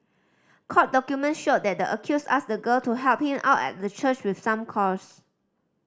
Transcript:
court document showed that the accused asked the girl to help him out at the church with some chores